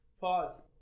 pause